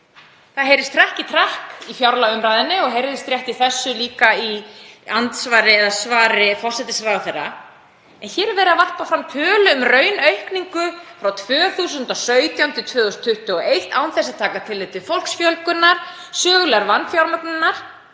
Það heyrist trekk í trekk í fjárlagaumræðunni og heyrðist líka rétt í þessu í svari hæstv. forsætisráðherra. En hér er verið að varpa fram tölu um raunaukningu frá 2017–2021 án þess að taka tilliti til fólksfjölgunar, sögulegrar vanfjármögnunar